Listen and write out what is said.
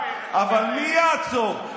אבל מי יעצור,